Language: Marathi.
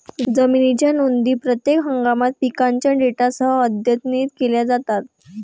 जमिनीच्या नोंदी प्रत्येक हंगामात पिकांच्या डेटासह अद्यतनित केल्या जातात